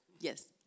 Yes